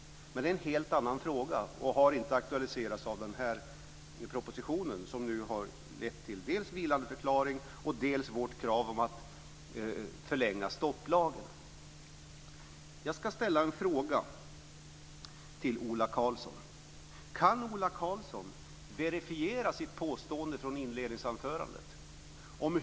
Men det är en helt annan fråga, som inte har aktualiserats i den här propositionen. Propositionen har lett till dels en vilandeförklaring, dels vårt krav om att förlänga stopplagen. Jag ska fråga Ola Karlsson om han kan verifiera sitt påstående från inledningsanförandet.